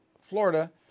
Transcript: Florida